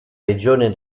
regione